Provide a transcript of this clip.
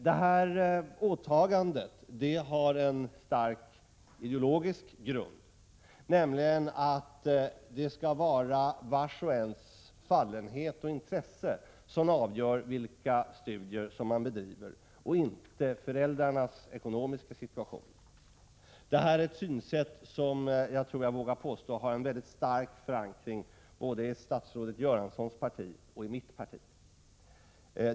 Det åtagandet har en stark ideologisk grund, nämligen att det skall vara vars och ens fallenhet och intresse som avgör vilka studier vederbörande bedriver och inte föräldrarnas ekonomiska situation. Detta är ett synsätt som jag vågar påstå har en mycket stark förankring både i statsrådet Göranssons parti och i mitt parti.